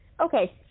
Okay